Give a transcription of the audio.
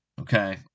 Okay